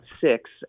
six